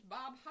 Bob